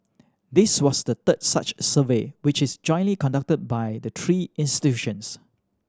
this was the third such survey which is jointly conducted by the three institutions